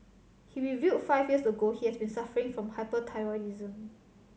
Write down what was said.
he revealed five years ago he has been suffering from hyperthyroidism